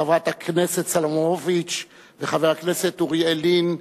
חברת הכנסת סלמוביץ וחבר הכנסת אוריאל לין,